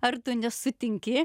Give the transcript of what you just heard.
ar tu nesutinki